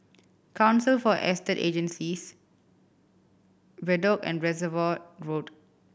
Council for Estate Agencies Bedok and Reservoir Road